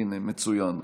הינה, מצוין.